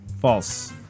False